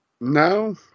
No